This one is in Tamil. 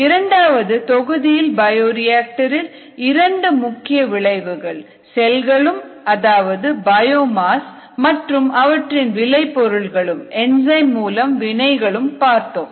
இரண்டாவது தொகுதியில் பயோரியாக்டரில் இரண்டு முக்கிய விளைவுகள் செல்களும் அதாவது பயோமாஸ் மற்றும் அவற்றின் விலை பொருள்களும் என்சைம் மூலம் வினைகளும் பார்த்தோம்